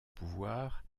pouvoir